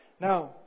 Now